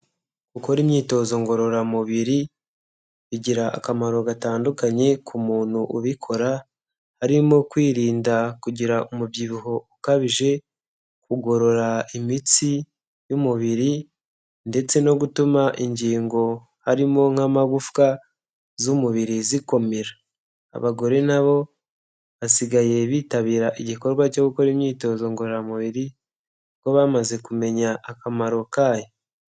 Gukora imyitozo ngororamubiri bigira akamaro gatandukanye ku muntu ubikora, harimo kwirinda kugira umubyibuho ukabije, kugorora imitsi y'umubiri, ndetse no gutuma ingingo harimo nk'amagufwa z'umubiri zikomera. Abagore na bo basigaye bitabira igikorwa cyo gukora imyitozo ngororamubiri, kuko bamaze kumenya akamaro kayo.